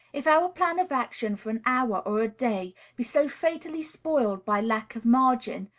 if our plan of action for an hour or a day be so fatally spoiled by lack of margin,